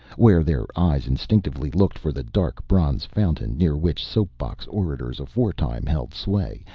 where their eyes instinctively looked for the dark bronze fountain, near which soap-box orators aforetime held sway,